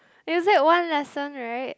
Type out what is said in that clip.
you said one lesson right